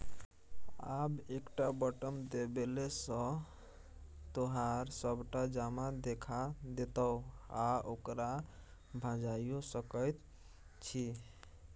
आब एकटा बटम देबेले सँ तोहर सभटा जमा देखा देतौ आ ओकरा भंजाइयो सकैत छी